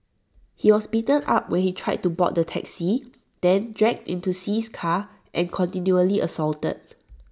he was beaten up when he tried to board the taxi then dragged into See's car and continually assaulted